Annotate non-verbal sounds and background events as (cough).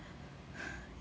(breath)